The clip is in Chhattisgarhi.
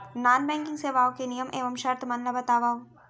नॉन बैंकिंग सेवाओं के नियम एवं शर्त मन ला बतावव